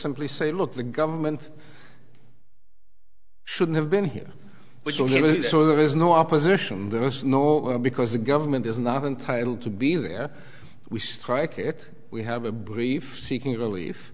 simply say look the government shouldn't have been here so there is no opposition there is no because the government is not entitled to be there we strike it we have a brief seeking relief